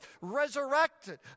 resurrected